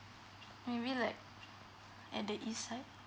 maybe like at the east side